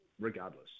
regardless